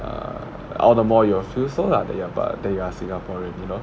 err all the more you will feel so lah that you are part of~ that you are singaporean you know